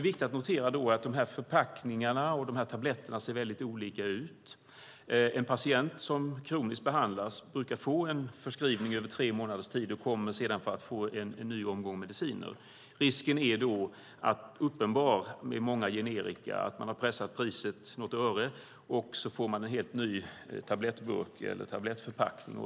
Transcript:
Viktigt att notera är att förpackningar och tabletter ser olika ut. En patient som kroniskt behandlas brukar få en förskrivning över tre månaders tid och kommer sedan för att få en ny omgång mediciner. Risken är då med många generika att man har pressat priset något öre, och så får man en helt ny tablettförpackning.